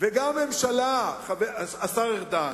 וגם ממשלה, השר ארדן,